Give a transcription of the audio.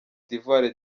d’ivoire